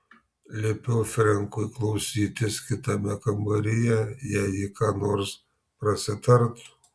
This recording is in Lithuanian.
liepiau frenkui klausytis kitame kambaryje jei ji ką nors prasitartų